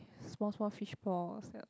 small small fishballs